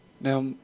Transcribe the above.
Now